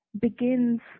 begins